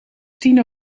tien